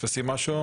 זה לא משנה,